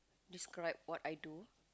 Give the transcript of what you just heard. describe what I do